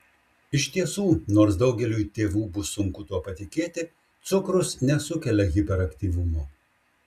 iš tiesų nors daugeliui tėvų bus sunku tuo patikėti cukrus nesukelia hiperaktyvumo